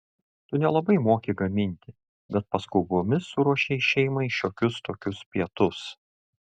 tu nelabai moki gaminti bet paskubomis suruošei šeimai šiokius tokius pietus